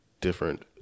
different